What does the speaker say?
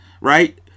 Right